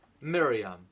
Miriam